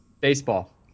Baseball